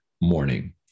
morning